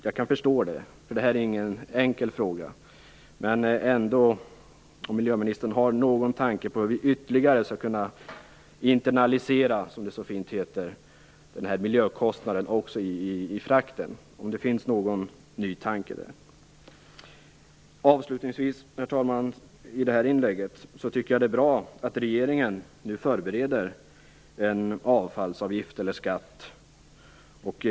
Jag kan förstå det, eftersom det inte är någon enkel fråga. Men jag vill höra om miljöministern har någon tanke på hur vi ytterligare skall kunna internalisera, som det så fint heter, miljökostnaden även i frakten. Finns det någon ny tanke där? Herr talman! Avslutningsvis vill jag i detta inlägga säga att jag tycker att det är bra att regeringen nu förbereder en avfallsavgift eller avfallsskatt.